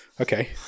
Okay